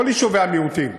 בכל יישובי המיעוטים.